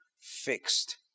fixed